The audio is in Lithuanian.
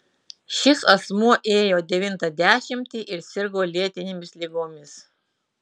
šis asmuo ėjo devintą dešimtį ir sirgo lėtinėmis ligomis